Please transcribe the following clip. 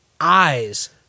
eyes